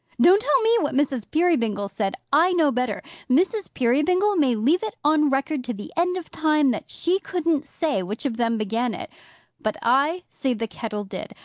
don't tell me what mrs. peerybingle said. i know better. mrs. peerybingle may leave it on record to the end of time that she couldn't say which of them began it but i say the kettle did.